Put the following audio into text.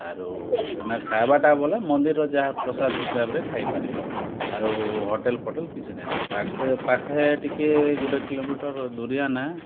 ଆରୁ ସେନେ ଖାଇବାର୍ଟା ବେଲେ ମନ୍ଦିର୍ର ଯାହା ପ୍ରସାଦ ହିସାବ୍ରେ ଖାଇ ପାର୍ବେ ଆରୁ ହୋଟଲ୍ ଫୋଟଲ୍ କିଛି ନାହିଁ ପାଖେ ପାଖେ ଟିକେ ଗୁଟେ କିଲୋମିଟର୍ ଦୂରିଆ ନା